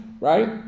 right